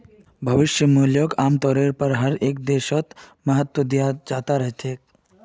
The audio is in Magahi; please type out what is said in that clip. भविष्य मूल्यक आमतौरेर पर हर एकखन देशत महत्व दयाल जा त रह छेक